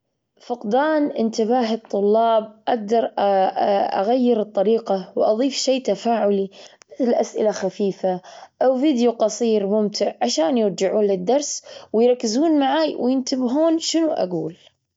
فقدان إنتباه الطلاب أقدر أ- أ- أغير الطريقة، وأظيف شيء تفاعلي، الأسئلة خفيفة أو فيديو قصير ممتع عشان يرجعون للدرس ويركزون معاي وينتبهون شنو أقول؟